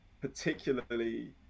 particularly